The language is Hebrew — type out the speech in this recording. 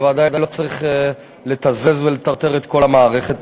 בוודאי לא צריך לתזז ולטרטר את כל המערכת.